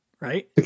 right